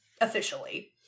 Officially